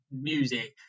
music